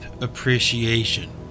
appreciation